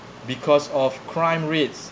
because of crime rates